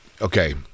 Okay